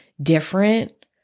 different